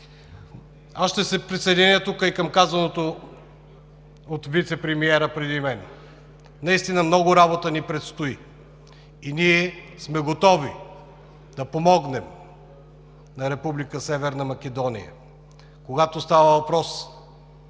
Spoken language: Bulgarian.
Ще се присъединя и към казаното от вицепремиера преди мен. Наистина много работа ни предстои и ние сме готови да помогнем на Република Северна